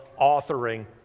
authoring